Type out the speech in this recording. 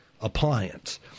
appliance